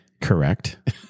Correct